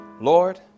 Lord